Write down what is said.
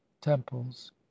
temples